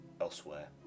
Elsewhere